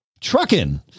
Trucking